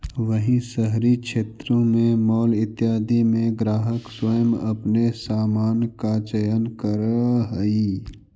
वहीं शहरी क्षेत्रों में मॉल इत्यादि में ग्राहक स्वयं अपने सामान का चयन करअ हई